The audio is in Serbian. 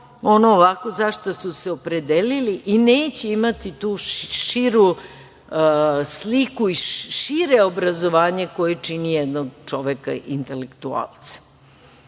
ono za šta su se opredelili i neće imati tu širu sliku i šire obrazovanje koje čini jednog čoveka intelektualcem. Ja